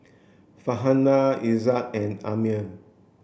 Farhanah Izzat and Ammir